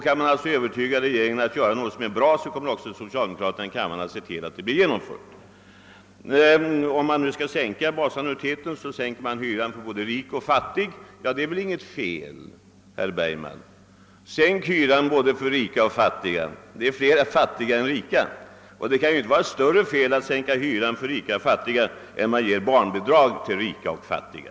Kan man alltså övertyga regeringen om att göra någonting som är bra, kommer också socialdemokraterna i kammaren att se till att det blir genomfört. Sedan har det sagts att om man sänker basannuiteten, sänker man därmed hyran för både rika och fattiga. Visst gör man det, men det är väl inte något fel, herr Bergman. Sänk gärna hyran både för rika och fattiga, ty det är flera fattiga än rika! Det kan väl inte vara något större fel att sänka hyran för både rika och fattiga än det är att ge barnbidrag till både rika och fattiga.